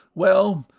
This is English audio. well,